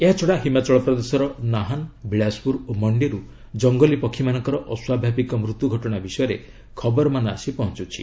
ଏହାଛଡା ହିମାଚଳ ପ୍ରଦେଶର ନାହାନ ବିଳାସପୁର ଓ ମଞ୍ଜିରୁ କଙ୍ଗଲୀ ପକ୍ଷୀମାନଙ୍କର ଅସ୍ୱାଭାବିକ ମୃତ୍ୟୁ ଘଟଣା ବିଷୟରେ ଖବରମାନ ଆସି ପହଞ୍ଚୁଛି